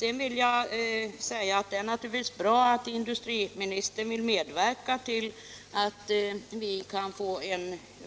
Det är naturligtvis bra att industriministern vill medverka till att vi skall kunna